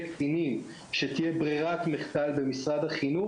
קטינים שתהיה ברירת מחדל במשרד החינוך.